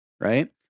right